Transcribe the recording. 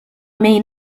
may